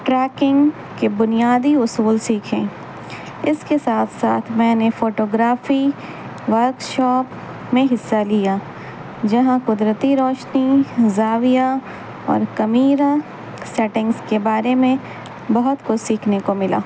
tracking کے بنیادی اصول سیکھیں اس کے ساتھ ساتھ میں نے فوٹوگرافی ورکشاپ میں حصہ لیا جہاں قدرتی روشنی زاویہ اور کمیرہ سیٹنگس کے بارے میں بہت کچھ سیکھنے کو ملا